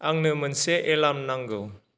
आंंनो मोनसे एलार्म नांगौ